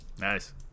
Nice